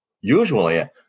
usually